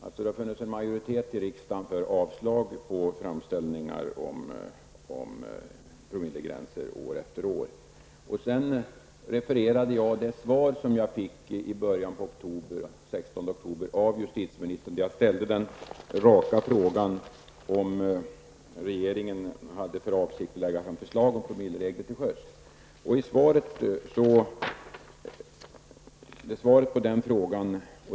Det har alltså funnits en majoritet i riksdagen för ett avslag på de framställningar som år efter år har gjorts beträffande detta med promillegränser. Vidare har jag refererat till det svar som jag fick den 16 oktober från justitieministern på min raka fråga om huruvida regeringen hade för avsikt att lägga fram förslag om promilleregler till sjöss.